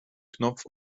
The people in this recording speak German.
knopf